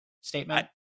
statement